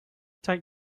take